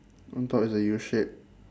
on top is a U shape